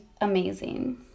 amazing